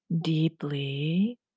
deeply